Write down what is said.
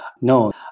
no